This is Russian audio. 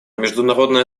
международное